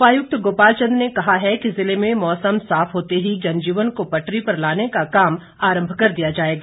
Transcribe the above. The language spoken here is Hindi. उपायुक्त गोपाल चंद ने कहा है कि ज़िले में मौसम साफ होते ही जनजीवन को पटरी पर लाने का काम आरंभ कर दिया जाएगा